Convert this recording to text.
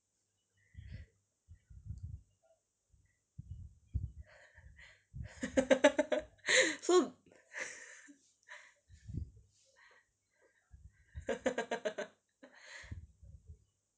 so